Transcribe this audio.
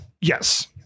yes